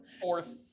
Fourth